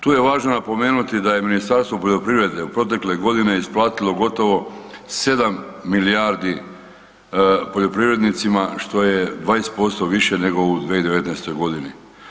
Tu je važno napomenuti da je Ministarstvo poljoprivrede u protekle godine isplatilo gotovo 7 milijardi poljoprivrednicima što je 20% više nego u 2019. godini.